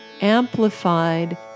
amplified